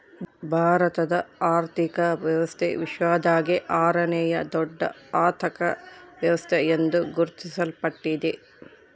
ಭಾರತದ ಆರ್ಥಿಕ ವ್ಯವಸ್ಥೆ ವಿಶ್ವದಾಗೇ ಆರನೇಯಾ ದೊಡ್ಡ ಅರ್ಥಕ ವ್ಯವಸ್ಥೆ ಎಂದು ಗುರುತಿಸಲ್ಪಟ್ಟಿದೆ